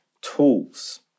tools